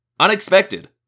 Unexpected